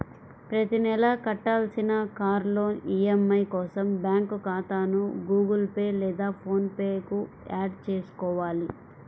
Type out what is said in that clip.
ప్రతి నెలా కట్టాల్సిన కార్ లోన్ ఈ.ఎం.ఐ కోసం బ్యాంకు ఖాతాను గుగుల్ పే లేదా ఫోన్ పే కు యాడ్ చేసుకోవాలి